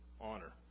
honor